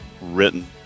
written